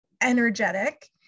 energetic